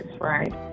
right